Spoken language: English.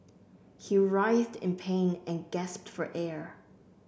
he writhed in pain and gasped for air